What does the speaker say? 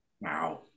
Wow